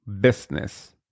business